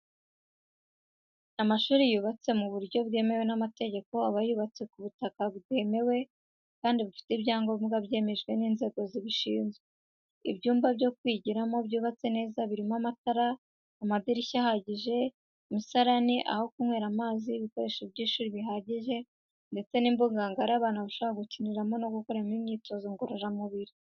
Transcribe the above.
Amashuri yubatse mu buryo bwemewe n'amategeko, aba yubatse ku butaka bwemewe kandi bufite ibyangombwa byemejwe n'inzego zibishinzwe, ibyumba byo kwigiramo byubatse neza birimo amatara, amadirishya ahagije, imisarani, aho kunywera amazi, ibikoresho by’ishuri bihagije ndetse n'imbuga ngari abana bashobora gukiniramo no gukoreramo imyitozo ngororamubiri.